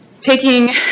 Taking